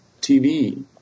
TV